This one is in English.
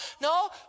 No